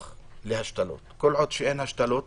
כל עוד אין השתלות,